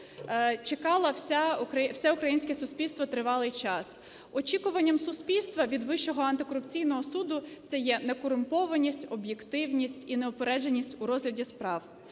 чекало все українське суспільство тривалий час. Очікування суспільства від Вищого антикорупційного суду – це некорумпованість, об'єктивність і неупередженість у розгляді справ.